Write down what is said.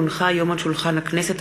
כי הונחו היום על שולחן הכנסת,